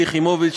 שלי יחימוביץ,